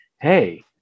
hey